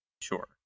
Sure